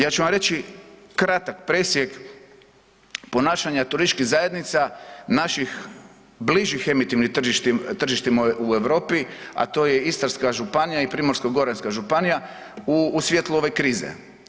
Ja ću vam reći kratak presjek ponašanja turističkih zajednica naših bližih emitivnih tržištima u Europi, a to je Istarska županija i Primorsko-goranska županija u, u svijetlu ove krize.